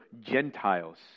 Gentiles